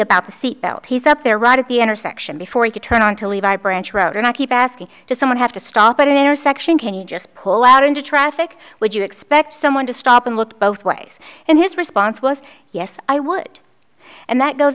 about the seat belt he's up there right at the intersection before he turned on to leave my branch route and i keep asking to someone have to stop at an intersection can you just pull out into traffic would you expect someone to stop and look both ways and his response was yes i would and that goes